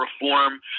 reform